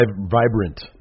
vibrant